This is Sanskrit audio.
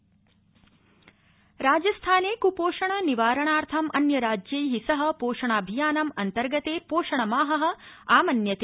राजस्थान कुपोषणं राजस्थाने क्पोषण निवारणार्थं अन्य राज्यै सह पोषणाभियानं अन्तर्गते पोषण माह आमन्यते